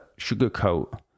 sugarcoat